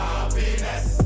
Happiness